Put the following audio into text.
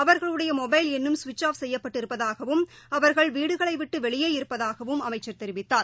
அவர்களுடையமொபைல் எண்ணும் கவிட்ச் ஆப் செய்யப்பட்டிருப்பதாகவும் அவர்கள் வீடுகளைவிட்டுவெளியே இருப்பதாகவும் அமைச்சர் தெரிவித்தார்